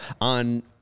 on